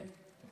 זה בסדר.